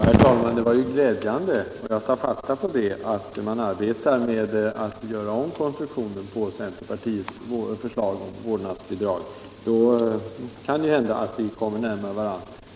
Herr talman! Det var glädjande, och jag tar fasta på det, att man arbetar med att göra om konstruktionen när det gäller centerpartiets förslag till vårdnadsbidrag. Då kan det hända att vi kommer varandra närmare.